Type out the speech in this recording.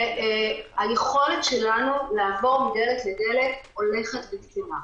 והיכולת שלנו לעבור מדלת לדלת הולכת וקטנה.